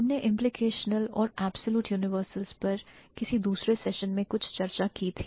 हमने implicational और absolute universals पर किसी दूसरे सेशन में कुछ चर्चा की थी